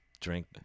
drink